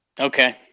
Okay